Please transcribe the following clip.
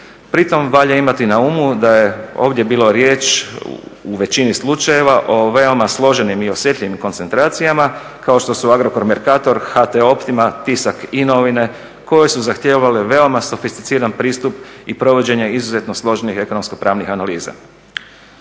Pri tome valja imati na umu da je ovdje bilo riječ u većini slučajeva o veoma složenim i osjetljivim koncentracijama kao što su Agrokor Mercator, HT-Optima, Tisak, I-Novine koje su zahtijevale veoma sofisticiran pristup i provođenje izuzetno složenih ekonomsko-pravnih analiza.